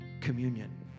communion